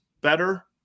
better